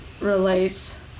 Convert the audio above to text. relates